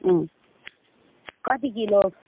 उम् कति किलो